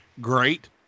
great